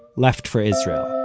left for israel.